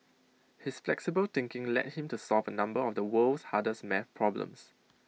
his flexible thinking led him to solve A number of the world's hardest math problems